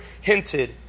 hinted